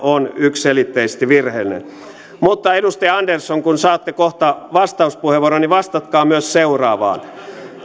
on yksiselitteisesti virheellinen mutta edustaja andersson kun saatte kohta vastauspuheenvuoron niin vastatkaa myös seuraavaan